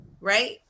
right